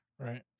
Right